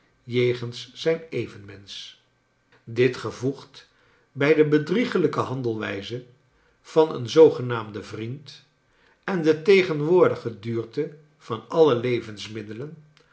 jegens zijn evenmensch dit gevoegd bij de bedriegelijke handelwijzc van een zoogenaamden vriend en de tegenwoordige duurte van alle levensmiddelen